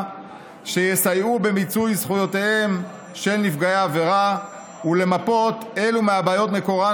שיסייעו במיצוי זכויותיהם של נפגעי העבירה ולמפות אילו מהבעיות מקורן